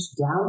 down